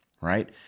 right